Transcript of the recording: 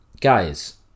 Guys